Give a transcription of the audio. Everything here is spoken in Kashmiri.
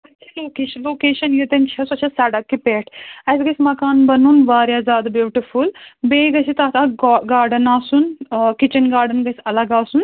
اتھ کیٛاہ چھِ لوکیشَن لوکیشن ییٚتٮ۪ن چھِ سۄ چھےٚ سَڑکہِ پٮ۪ٹھ اَسہِ گژھِ مَکان بَنُن واریاہ زیادٕ بیٛوٗٹِفُل بیٚیہِ گژھِ تَتھ اکھ گا گارڈَن آسُن آ کِچَن گارڈَن گژھِ الگ آسُن